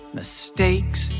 mistakes